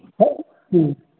ꯎꯝ